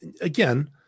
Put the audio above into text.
again